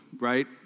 right